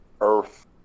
earth